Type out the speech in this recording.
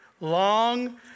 Long